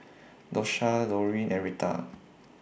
Dosha Dorene and Retta